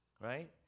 right